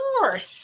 North